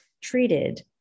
treated